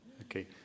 Okay